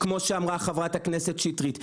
כמו שאמרה חברת הכנסת שטרית.